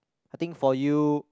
I think for you